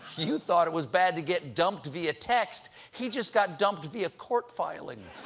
you thought it was bad to get dumped via text. he just got dumped via court filing.